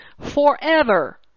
forever